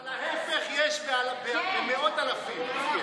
אבל ההפך יש במאות אלפים.